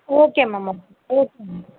okay ma'am ma'am okay ma'am